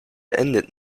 endet